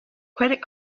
credit